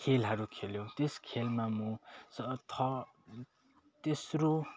खेलहरू खेल्यो त्यस खेलमा म सथ तेस्रो